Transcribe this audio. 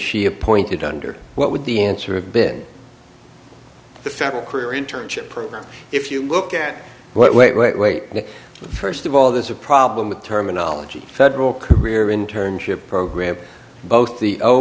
she appointed under what would the answer have been the federal career in turn schip program if you look at what wait wait wait first of all there's a problem with terminology federal career internship program both the o